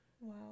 Wow